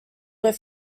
were